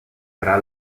tra